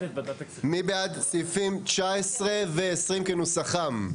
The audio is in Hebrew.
מי בעד סעיפים 19 ו-20 כנוסחם?